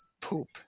Poop